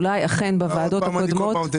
זה